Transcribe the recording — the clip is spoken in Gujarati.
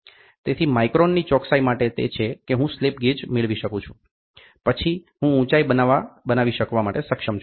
તેથી માઇક્રોનની ચોકસાઈ માટે તે છે કે હું સ્લિપ ગેજ મેળવી શકું છું પછી હું ઉંચાઇ બનાવી શકવા માટે સક્ષમ છું